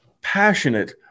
passionate